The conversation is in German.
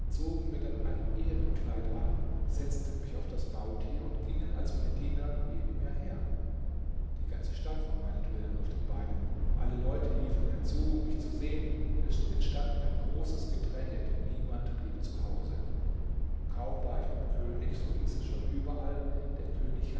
zogen mir dann ein ehrenkleid an setzten mich auf das maultier und gingen als meine diener neben mir her die ganze stadt war meinetwillen auf den beinen alle leute liefen herzu um mich zu sehen es entstand ein großes gedränge denn niemand blieb zu hause kaum war ich beim könig so hieß es schon überall der könig